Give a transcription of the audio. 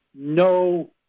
No